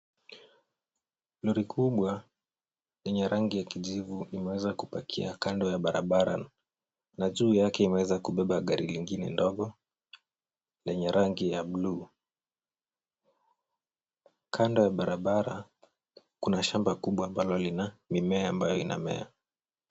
Lori kubwa lenye rangi ya kijivu imeweza kupakia kando ya barabara na juu yake imeweza kubeba gari lingine ndogo lenye rangi ya bluu. Kando ya barabara kuna shamba kubwa ambalo lina mimea ambayo inamea.